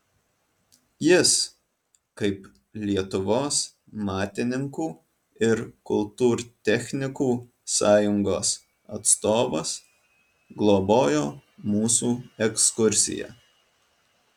jis kaip lietuvos matininkų ir kultūrtechnikų sąjungos atstovas globojo mūsų ekskursiją